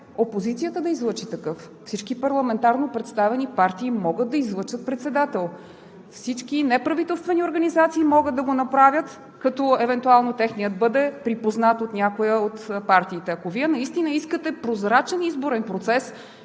опозицията да излъчи такъв, всички парламентарно представени партии могат да излъчат председател, всички неправителствени организации могат да го направят, като евентуално техният бъде припознат от някоя от партиите. Ако Вие наистина искате прозрачен изборен процес,